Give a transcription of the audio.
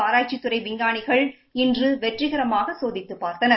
ஆராய்ச்சித்துறை விஞ்ஞானிகள் இன்று வெற்றிகரமாக சோதித்து பார்த்தனர்